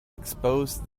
expose